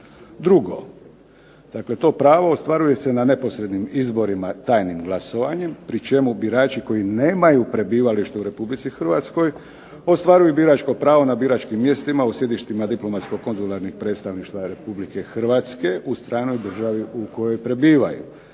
Drugo, dakle to pravo ostvaruje se na neposrednim izborima tajnim glasovanjem pri čemu birači koji nemaju prebivalište u RH ostvaruju biračko pravo na biračkim mjestima u sjedištima diplomatsko-konzularnih predstavništva RH u stranoj državi u kojoj prebivaju.